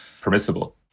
permissible